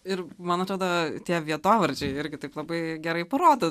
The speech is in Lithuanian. ir man atrodo tie vietovardžiai irgi taip labai gerai parodo